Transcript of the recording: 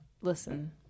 listen